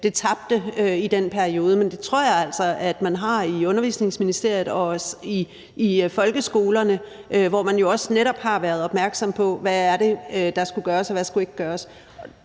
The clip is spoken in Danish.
det tabte i den periode. Men det tror jeg altså at man har i Undervisningsministeriet og også i folkeskolerne, hvor man også netop har været opmærksom på, hvad der skulle gøres, og hvad der ikke skulle gøres.